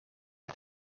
het